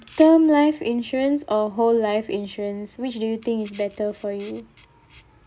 term life insurance or whole life insurance which do you think is better for you